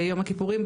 ביום הכיפורים,